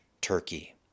Turkey